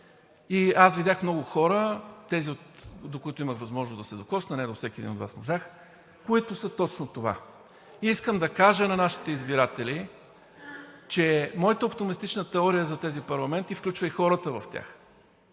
И аз видях много хора, тези, до които имах възможност да се докосна, не до всеки един от Вас можах, които са точно това. Искам да кажа на нашите избиратели, че моята оптимистична теория за тези парламенти включва и хората в тях